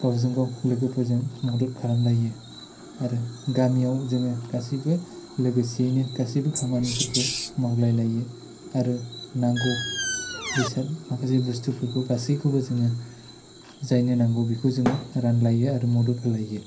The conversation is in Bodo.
गावजों गाव लोगोफोरजों मदद खालामलायो आरो गामियाव जोङो गासिबो लोगोसेयैनो गासैबो खामानिफोरखौ मावलाय लायो आरो नांगौ बेसाद माखासे बुस्थुफोरखौ गासैखौबो जोङो जायनो नांगौ बेखौ जोङो रानलायो आरो मदद होलायो